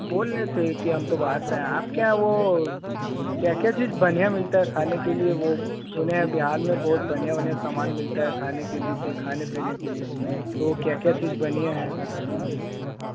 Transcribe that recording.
बोल रहे थे कि हम तो बाहर से आए आपके यहाँ वह क्या क्या चीज़ बढ़िया मिलता है खाने के लिए वह सुने हैं बिहार में बहुत बढ़िया बढ़िया सामान मिलता है खाने के लिए पीने खाने पीने के लिए तो वह क्या क्या चीज़ बढ़िया है बताइए